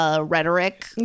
Rhetoric